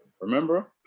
Remember